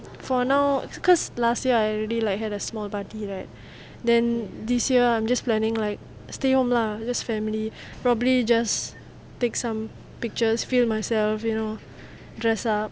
for now because last year I already had a small party right then this year I'm just planning like stay home lah this family probably just take some pictures film myself you know dress up